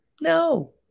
No